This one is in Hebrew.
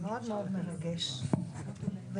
אם